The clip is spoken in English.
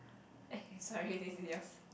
okay sorry this is yours